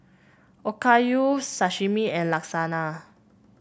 Okayu Sashimi and Lasagna